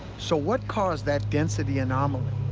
so what caused that density anomaly?